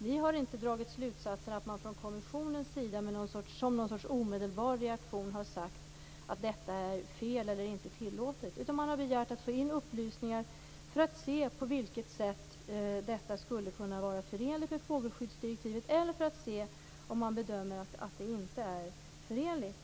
Vi har inte dragit slutsatsen att man från kommissionens sida som någon sorts omedelbar reaktion har sagt att detta är fel eller inte tillåtet. Man har begärt att få in upplysningar för att se om detta skulle kunna vara förenligt med fågelskyddsdirektivet eller om man bedömer att det inte är förenligt.